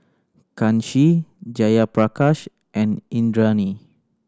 Kanshi Jayaprakash and Indranee